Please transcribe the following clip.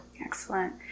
Excellent